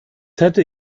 hätte